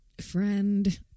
friend